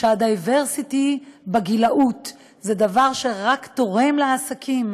שה-diversity בגילאות זה דבר שרק תורם לעסקים,